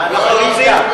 לאן שהם רוצים.